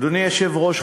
אדוני היושב-ראש,